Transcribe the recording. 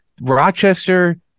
Rochester